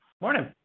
Morning